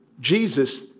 Jesus